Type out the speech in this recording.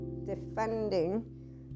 defending